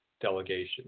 delegation